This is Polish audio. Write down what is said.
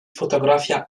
fotografia